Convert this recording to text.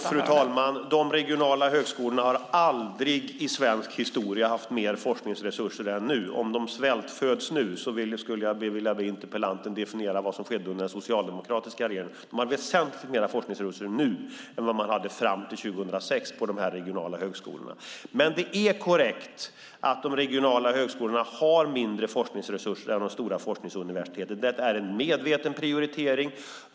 Fru talman! De regionala högskolorna i Sverige har historiskt sett aldrig haft mer forskningsresurser än nu. Om de svältföds nu ber jag interpellanten definiera vad som skedde under den socialdemokratiska regeringen. De regionala högskolorna har väsentligt mer forskningsresurser nu än vad de hade fram till 2006. Det är korrekt att de regionala högskolorna har mindre forskningsresurser än de stora forskningsuniversiteten. Det är en medveten prioritering.